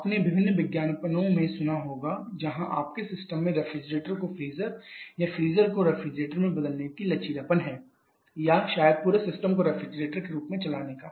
आपने विभिन्न विज्ञापनों को सुना होगा जहां आपके सिस्टम में रेफ्रिजरेटर को फ्रीजर या फ्रीजर को रेफ्रिजरेटर में बदलने की लचीलापन है या शायद पूरे सिस्टम को रेफ्रिजरेटर के रूप में चलाने का